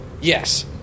Yes